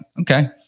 okay